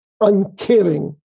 uncaring